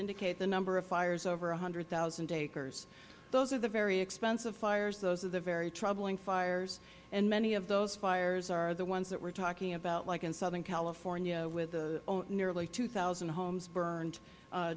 indicate the number of fires over one hundred thousand acres those are the very expensive fires those are the very troubling fires and many of those fires are the ones we are talking about like in southern california with the nearly two thousand homes burn